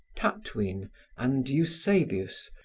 tatwine and eusebius,